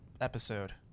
episode